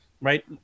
Right